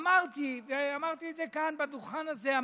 אמרתי, אמרתי את זה מעל הדוכן הזה: